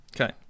Okay